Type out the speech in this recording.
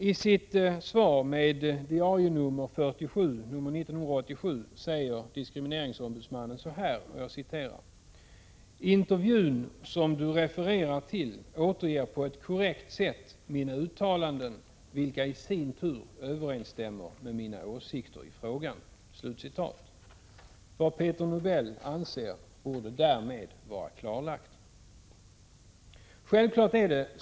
I sitt svar, med dnr 47/87, skriver diskrimineringsombudsmannen följande: ”Intervjun som Du refererar till återger på ett korrekt sätt mina uttalanden vilka i sin tur överensstämmer med mina åsikter i frågan.” Vad Peter Nobel anser borde därmed vara klart.